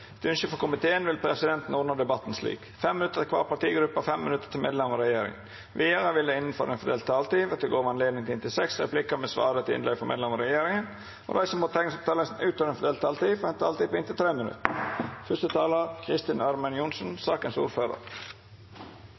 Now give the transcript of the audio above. Etter ynske frå familie- og kulturkomiteen vil presidenten ordna debatten slik: 5 minutt til kvar partigruppe og 5 minutt til medlemer av regjeringa. Vidare vil det – innanfor den fordelte taletida – verta gjeve anledning til inntil seks replikkar med svar etter innlegg frå medlemer av regjeringa, og dei som måtte teikna seg på talarlista utover den fordelte taletida, får ei taletid på inntil 3 minutt.